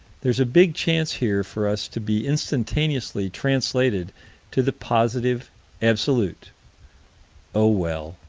there's a big chance here for us to be instantaneously translated to the positive absolute oh, well